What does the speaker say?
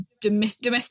domestic